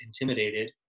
intimidated